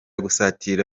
gusatira